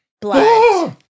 Blood